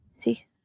see